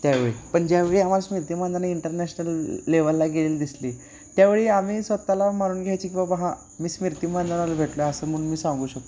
त्यावेळी पण ज्यावेळी आम्हाला स्मृती मानधना इंटरनॅशनल लेवलला गेलेली दिसली त्यावेळी आम्ही स्वतःला म्हणून घ्यायची की बाबा हां मी स्मृती मानधनाला भेटला असं म्हणून मी सांगू शकतो आहे